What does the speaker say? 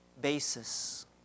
basis